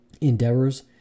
endeavors